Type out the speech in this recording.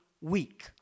week